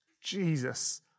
Jesus